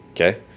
Okay